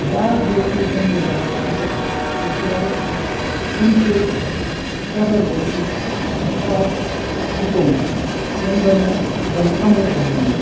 بیٛاکھ ڈیٹ یُس زَن مےٚ یاد چھُ سُہ چھُ پٕنٛژٕ فٮ۪بَرؤری زٕ ساس زٕتووُہ ییٚمہِ دۄہ مےٚ زَن پرٛموشَن مِلے